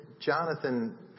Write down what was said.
Jonathan